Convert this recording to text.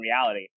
reality